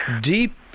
deep